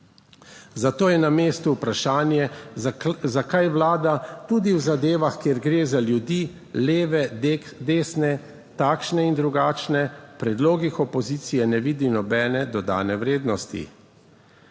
Za to je na mestu vprašanje, zakaj vlada tudi v zadevah, kjer gre za ljudi, leve, desne, takšne in drugačne, v predlogih opozicije ne vidim nobene dodane vrednosti.